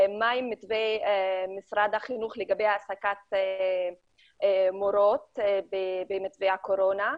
מה יהיה מתווה משרד החינוך לגבי העסקת מורות במתווה הקורונה.